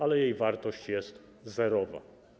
Ale jej wartość jest zerowa.